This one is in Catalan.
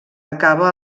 acaba